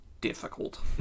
difficult